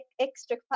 extra